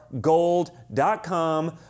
Gold.com